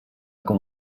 com